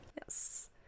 Yes